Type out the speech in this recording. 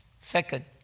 Second